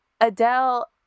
adele